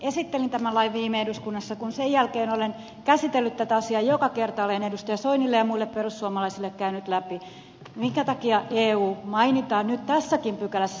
esittelin tämän lain viime eduskunnassa ja kun sen jälkeen olen käsitellyt tätä asiaa joka kerta olen edustaja soinille ja muille perussuomalaisille käynyt läpi minkä takia eu mainitaan nyt tässäkin pykälässä